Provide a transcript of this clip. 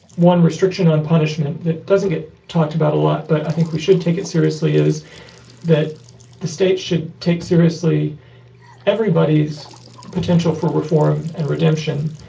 one restriction on punishment that doesn't get talked about a lot, but i think we should take it seriously is that the state should take seriously everybody's potential for reform and redemption,